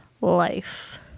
life